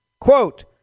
Quote